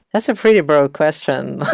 that's a pretty broad question